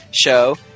show